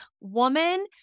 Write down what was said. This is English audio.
woman